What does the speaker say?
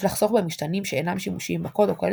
יש לחסוך במשתנים שאינם שימושיים בקוד או כאלו